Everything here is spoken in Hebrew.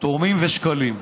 תורמים ושקלים.